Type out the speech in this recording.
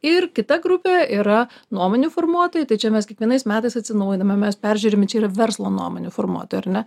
ir kita grupė yra nuomonių formuotojai tai čia mes kiekvienais metais atsinaujiname mes peržiūrime čia yra verslo nuomonių formuotojai ar ne